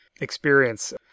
experience